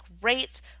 great